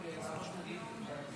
חברת הכנסת לימור סון הר מלך.